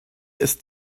ist